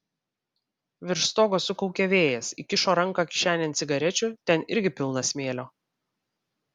virš stogo sukaukė vėjas įkišo ranką kišenėn cigarečių ten irgi pilna smėlio